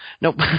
nope